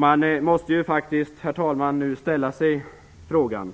Man måste ju faktiskt, herr talman, ställa sig frågan